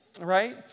right